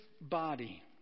body